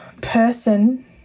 person